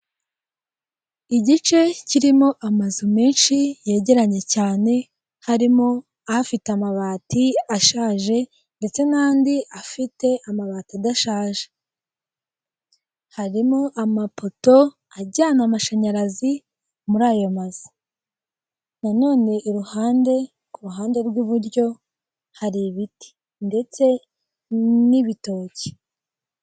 Igice kirimo amazu menshi yegeranye cyane harimo ahafite amabati ashaje ndetse n'andi afite amabati adashaje, harimo amapoto ajyana amashanyarazi muri ayo mazu nanone iruhande ku ruhande rw'iburyo hari ibiti ndetse n'ibitoki.